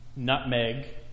nutmeg